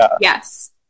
Yes